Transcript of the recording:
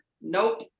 Nope